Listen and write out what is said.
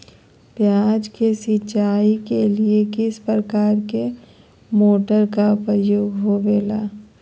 प्याज के सिंचाई के लिए किस प्रकार के मोटर का प्रयोग होवेला?